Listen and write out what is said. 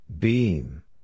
Beam